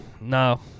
No